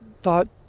thought